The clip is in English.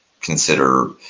consider